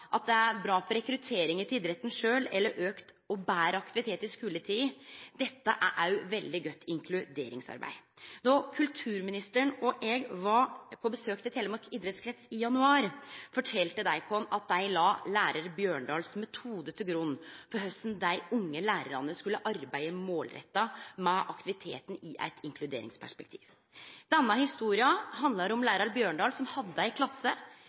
at det er bra for rekrutteringa til idretten sjølv eller fører til auka og betre aktivitet i skuletida, dette er også svært godt inkluderingsarbeid. Då kulturministeren og eg var på besøk hos Telemark idrettskrets i januar, fortalde dei oss at dei la lærar Bjørndals metode til grunn for korleis dei unge lærarane skulle arbeide målretta med aktivitet i eit inkluderingsperspektiv. Denne historia handlar om lærar Bjørndal som hadde ei klasse